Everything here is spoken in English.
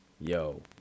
Yo